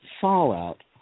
fallout